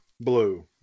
blue